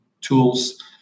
tools